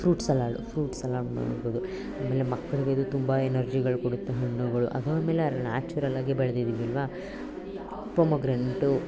fruits salad fruits salad ಮಾಡ್ಬೌದು ಆಮೇಲೆ ಮಕ್ಕಳಿಗೆ ಇದು ತುಂಬ ಎನರ್ಜಿಗಳು ಕೊಡುತ್ತೆ ಹಣ್ಣುಗಳು ಅದ್ರ ಮೇಲೆ ನ್ಯಾಚುರಲ್ಲಾಗಿ ಬೆಳ್ದಿದ್ದೀವಲ್ವಾ ಪೊಮೋಗ್ರಾನೆಟು